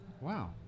Wow